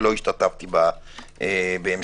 ולא השתתפתי בהמשכו.